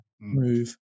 move